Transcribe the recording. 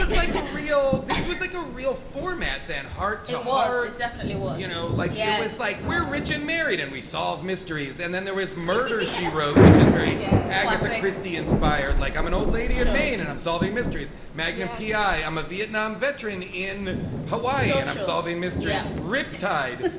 like a real this was like a real format then heart to water. definitely. well, you know, like, yeah, it's like we're rich and married and we solve mysteries. and then there was murder, she wrote, which is very yeah agatha christie inspired. like i'm an old lady in maine and i'm solving mysteries. magnum p i, i'm a vietnam veteran in hawaii yeah and i'm solving mystery riptide.